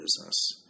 business